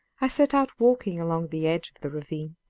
i set out walking along the edge of the ravine,